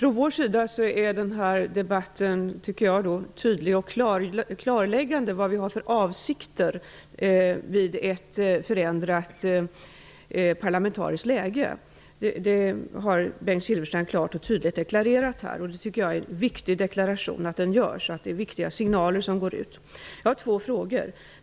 Herr talman! Jag tycker att våra avsikter i händelse av ett förändrat parlamentariskt läge är tydliga och klara. Bengt Silfverstrand har klart deklarerat dessa här, och jag tycker att det är viktiga signaler som därmed ges. Jag har två frågor.